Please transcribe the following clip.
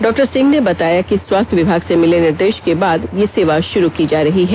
doctor Singh ने बताया कि स्वास्थ्य विभाग से मिले निर्देष के बाद ये सेवा शुरू की जा रही है